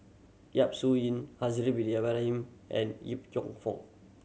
Yap Su Yin Haslir Bin Ibrahim and Yip Cheong Fun